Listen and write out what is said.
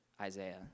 Isaiah